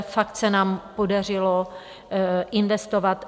Fakt se nám podařilo investovat.